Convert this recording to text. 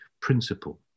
principle